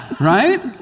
Right